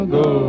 go